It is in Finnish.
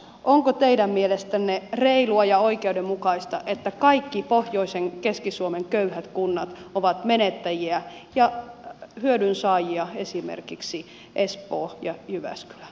onko teidän mielestänne reilua ja oikeudenmukaista että kaikki pohjoisen keski suomen köyhät kunnat ovat menettäjiä ja hyödyn saajia esimerkiksi espoo ja jyväskylä